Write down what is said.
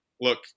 look